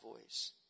voice